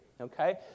okay